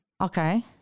Okay